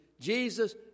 Jesus